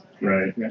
Right